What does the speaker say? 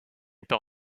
par